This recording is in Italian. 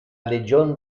legion